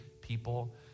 people